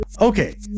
Okay